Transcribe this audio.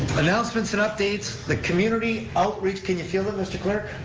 announcements and updates, the community outreach, can you feel it, mr. clerk?